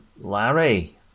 Larry